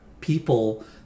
people